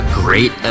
great